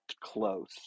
close